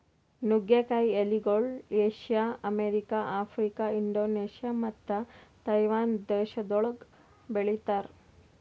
ನುಗ್ಗೆ ಕಾಯಿ ಎಲಿಗೊಳ್ ಏಷ್ಯಾ, ಅಮೆರಿಕ, ಆಫ್ರಿಕಾ, ಇಂಡೋನೇಷ್ಯಾ ಮತ್ತ ತೈವಾನ್ ದೇಶಗೊಳ್ದಾಗ್ ಬೆಳಿತಾರ್